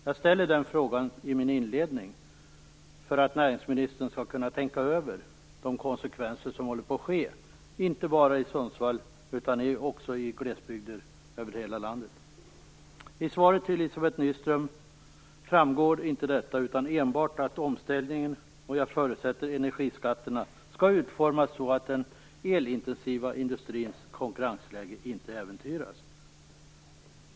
Jag ställer den frågan i min inledning så att näringsministern skall kunna tänka över vad som håller på att ske inte bara i Sundsvall utan också i glesbygder över hela landet. Av svaret till Elizabeth Nyström framgår inte detta utan enbart att omställningen - och, förutsätter jag, energiskatterna - skall utformas så att den elintensiva industrins konkurrensläge inte äventyras.